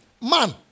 Man